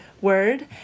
word